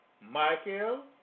Michael